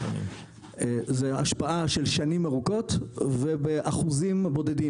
זו השפעה של שנים ארוכות ובאחוזים בודדים.